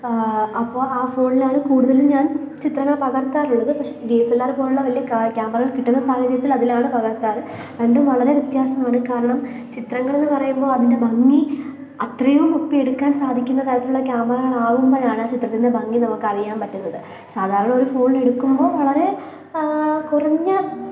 അപ്പോൾ ആ ഫോണിലാണ് കൂടുതലും ഞാന് ചിത്രങ്ങള് പകര്ത്താറുള്ളത് പക്ഷെ ഡി എസ് എല് ആറ് പോലെയുള്ള വലിയ ക്യാമറകള് കിട്ടുന്ന സാഹചര്യത്തില് അതിലാണ് പകര്ത്താറുള്ളത് രണ്ടും വളരെ വ്യത്യാസമാണ് കാരണം ചിത്രങ്ങളെന്ന് പറയുമ്പോൾ അതിന്റെ ഭംഗി അത്രയും ഒപ്പിയെടുക്കാന് സാധിക്കുന്ന തരത്തിലുള്ള ക്യാമറകളാവുമ്പോഴാണ് ആ ചിത്രത്തിന്റെ ഭംഗി നമ്മൾക്ക് അറിയാന് പറ്റുന്നത് സാധാരണ ഒരു ഫോണിൽ എടുക്കുമ്പോൾ വളരെ കുറഞ്ഞ